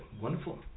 Wonderful